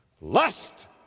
Lust